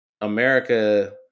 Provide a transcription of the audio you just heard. America